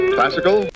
Classical